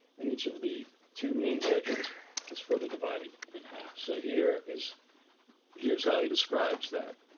and each of the two main sections is further divided in half. so here is here is how he describes that.